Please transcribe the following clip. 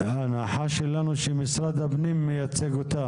ההנחה שלנו שמשרד הפנים מייצג אותם.